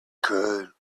could